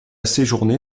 séjourné